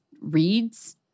reads